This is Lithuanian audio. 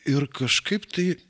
ir kažkaip tai